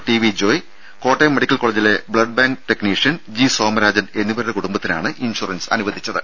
T V Joy Kottayam medical കോളജിലെ blood bank technician G Somarajan എന്നിവരുടെ കുടുംബത്തിനാണ് ഇൻഷ്വറൻസ് അനുവദിച്ചത്